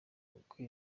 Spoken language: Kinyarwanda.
uko